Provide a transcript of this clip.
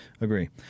Agree